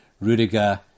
Rudiger